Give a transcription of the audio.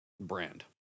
brand